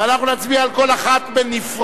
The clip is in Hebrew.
ואנחנו נצביע על כל אחת בנפרד.